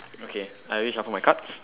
okay I already shuffle my cards